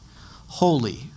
holy